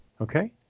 Okay